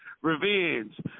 Revenge